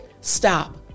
Stop